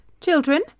Children